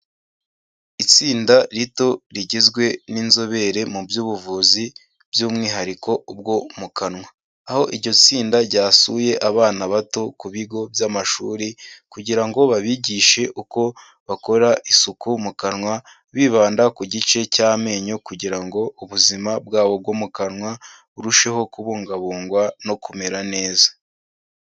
Itsinda rito rigizwe n'inzobere mu by'ubuvuzi by'umwihariko ubwo mu kanwa, aho iryo tsinda ryasuye abana bato ku bigo by'amashuri kugira ngo babigishe uko bakora isuku mu kanwa, bibanda ku gice cy'amenyo kugira ngo ubuzima bwabo bwo mu kanwa burusheho kubungabungwa no kumera neza.